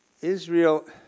Israel